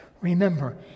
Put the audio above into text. Remember